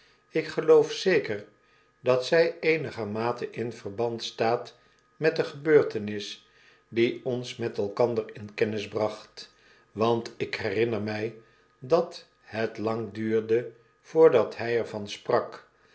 ik geloof zeker dat zy eenigermate in verband staat met de gebeurtenis die ons met eljcander in kennis bracht want ik herinner my dat het lang duurde voordat hy er van sprak